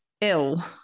ill